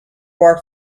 bar